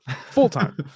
full-time